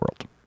World